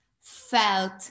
felt